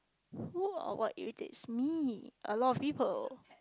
who or what irritates me a lot of people